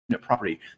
property